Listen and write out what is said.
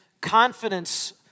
confidence